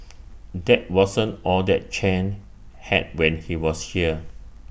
that wasn't all that Chen had when he was here